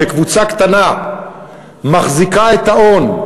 שקבוצה קטנה מחזיקה את ההון,